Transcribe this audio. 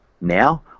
now